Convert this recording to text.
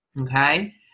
Okay